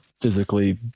physically